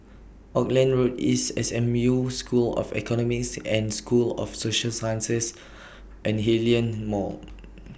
Auckland Road East S M U School of Economics and School of Social Sciences and Hillion Mall